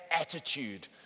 attitude